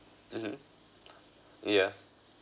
mmhmm yeah